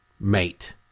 mate